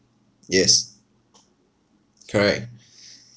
yes correct